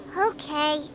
Okay